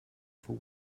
for